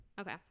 Okay